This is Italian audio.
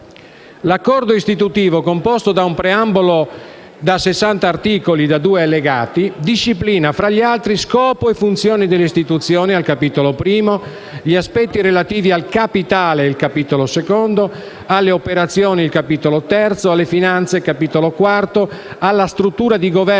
L'Accordo istitutivo, composto da un preambolo, da 60 articoli e da due allegati, disciplina - fra gli altri - scopo e funzioni dell'istituzione (capitolo I), gli aspetti relativi al capitale (capitolo II), alle operazioni (capitolo III), alle finanze (capitolo IV), alla struttura di governo